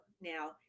now